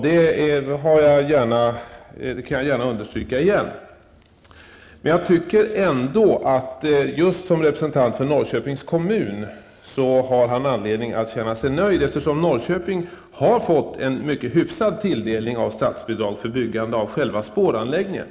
Detta understryker jag gärna en gång till. Men just som representant för Norrköpings kommun tycker jag att Lars Stjernkvist har anledning att känna sig nöjd. Norrköping har ju verkligen fått en hyfsad tilldelning när det gäller statsbidrag för byggandet av själva spåranläggningen.